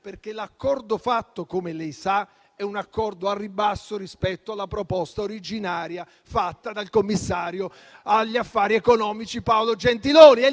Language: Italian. perché l'accordo fatto, come lei sa, è al ribasso rispetto alla proposta originaria fatta dal commissario agli affari economici Paolo Gentiloni.